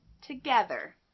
together